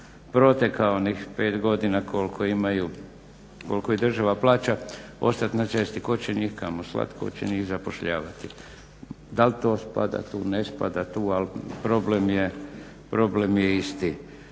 proteka onih 5 godina koliko ih država plaća ostati na cesti. Tko će njih kamo slati, tko će njih zapošljavati? Da li to spada tu, ne spada tu ali problem je isti.